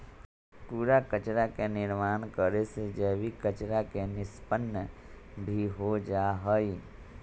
कूड़ा कचरा के निर्माण करे से जैविक कचरा के निष्पन्न भी हो जाहई